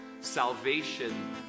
salvation